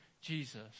Jesus